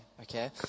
okay